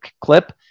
clip